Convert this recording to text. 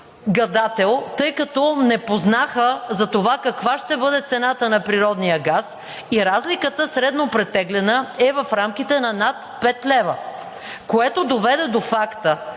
гадател, тъй като не познаха за това каква ще бъде цената на природния газ. И разликата, средно претеглена, е в рамките на над 5 лв., което доведе до факта,